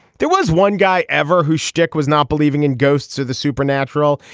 there was one guy ever whose stick was not believing in ghosts or the supernatural.